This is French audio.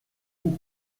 vous